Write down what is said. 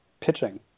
pitching